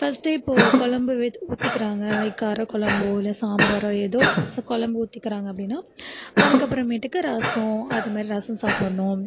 first இப்போது குழம்பு வெத் ஊத்திக்கிறாங்கள் லைக் காரக்குழம்போ இல்லை சாம்பாரோ ஏதோ ச குழம்பு ஊத்திக்கிறாங்கள் அப்படின்னா அதுக்கப்புறமேட்டுக்கு ரசம் அதுமாதிரி ரசம் சாப்புடணும்